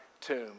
tomb